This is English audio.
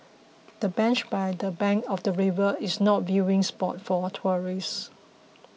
the bench by the bank of the river is not viewing spot for tourists